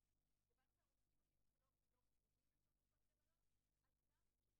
אם אנחנו מסתכלים על המצב שבו הם התגלו,